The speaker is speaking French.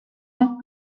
ans